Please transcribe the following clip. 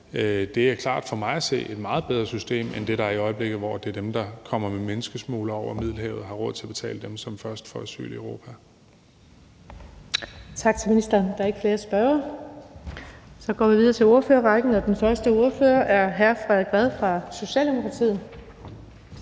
jeg klart for mig at se er et meget bedre system end det, der er i øjeblikket, hvor det er dem, der kommer med menneskesmuglere over Middelhavet og har råd til at betale, som først får asyl i Europa.